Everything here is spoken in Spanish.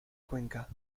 cuenca